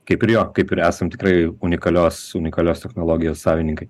kaip ir jo kaip ir esam tikrai unikalios unikalios technologijos savininkai